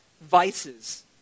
vices